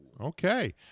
Okay